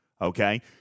Okay